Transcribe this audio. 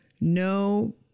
no